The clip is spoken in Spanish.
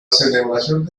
celebración